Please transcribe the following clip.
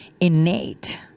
innate